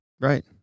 Right